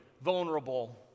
vulnerable